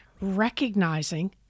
recognizing